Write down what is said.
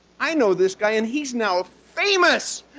i know this guy and he's now a famous,